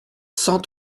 cent